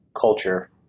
culture